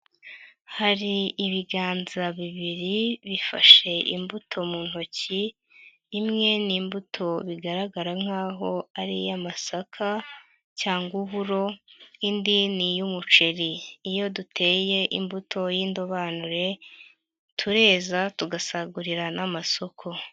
Hari ibiganza bibiri bifashe imbuto mu ntoki, imwe ni imbuto bigaragara nk'aho ari iy'amasaka cyangwaburo, indi ni iy'umuceri. Iyo duteye imbuto y'indobanure tureza tugasagurira n'amasoko.